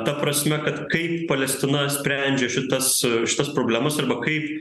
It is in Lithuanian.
ta prasme kad kaip palestina sprendžia šitas šitas problemas arba kaip